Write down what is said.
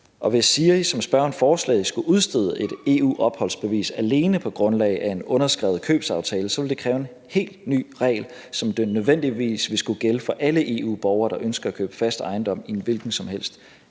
skulle udstede et EU-opholdsbevis alene på grundlag af en underskrevet købsaftale, ville det kræve en helt ny regel, som nødvendigvis ville skulle gælde for alle EU-borgere, der ønskede at købe fast ejendom i en hvilken som helst